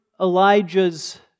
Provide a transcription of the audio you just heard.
Elijah's